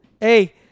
Hey